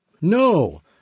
No